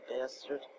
bastard